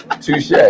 Touche